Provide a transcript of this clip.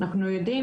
אנחנו יודעים